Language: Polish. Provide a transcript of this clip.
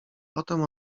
potem